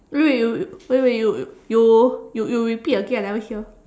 wait you you wait wait you you you you repeat again I never hear